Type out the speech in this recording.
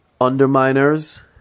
Underminers